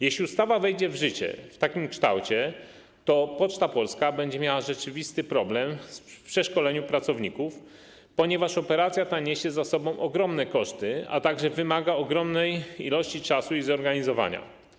Jeśli ustawa wejdzie w życie w takim kształcie, to Poczta Polska będzie miała rzeczywisty problem z przeszkoleniem pracowników, ponieważ ta operacja niesie ze sobą ogromne koszty, a także wymaga ogromnej ilości czasu i zorganizowania.